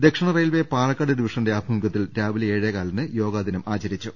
ദക്ഷിണ റെയിൽവെ പാലക്കാട് ഡിവിഷന്റെ ആഭിമുഖ്യ ത്തിൽ രാവിലെ ഏഴേകാലിന് യോഗാദിനം ആചരിക്കും